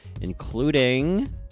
including